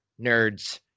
nerds